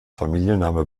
familienname